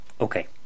Okay